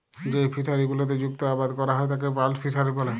যেই ফিশারি গুলোতে মুক্ত আবাদ ক্যরা হ্যয় তাকে পার্ল ফিসারী ব্যলে